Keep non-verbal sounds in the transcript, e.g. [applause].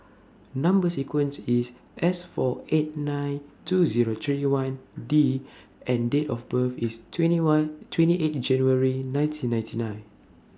Number sequence IS S four eight nine two Zero three one D [noise] and Date of birth IS twenty one twenty eight January nineteen ninety nine